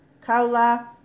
Kaula